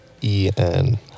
E-N